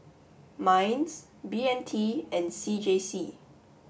MINDS B M T and C J C